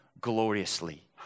gloriously